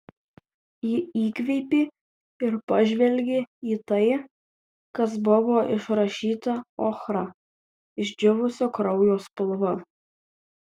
ji įkvėpė ir pažvelgė į tai kas buvo išrašyta ochra išdžiūvusio kraujo spalva